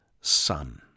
son